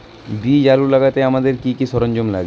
বীজ আলু লাগাতে আমাদের কি কি সরঞ্জাম লাগে?